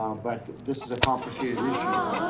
um but this is a complicated issue.